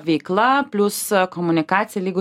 veikla plius komunikacija lygu